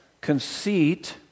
conceit